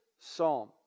psalm